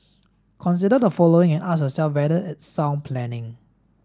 consider the following and ask yourself whether it's sound planning